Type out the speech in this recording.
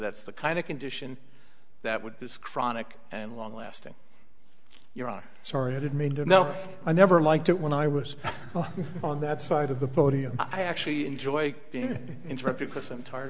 that's the kind of condition that would be as chronic and long lasting your i'm sorry i didn't mean to no i never liked it when i was on that side of the podium i actually enjoy being interrupted because i'm tired